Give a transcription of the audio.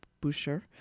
Boucher